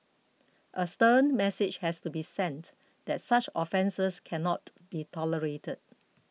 a stern message has to be sent that such offences cannot be tolerated